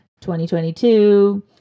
2022